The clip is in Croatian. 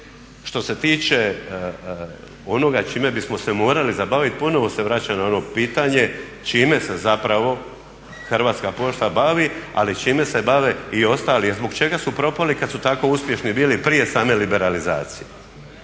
Što se tiče onoga čime bismo se morali zabavit, ponovo se vraćam na ono pitanje čime se zapravo Hrvatska pošta bavi, ali čime se bave i ostali i zbog čega su propali kad su tako uspješni bili prije same liberalizacije.